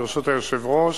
ברשות היושב-ראש,